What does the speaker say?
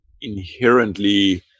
inherently